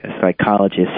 psychologist